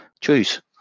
choose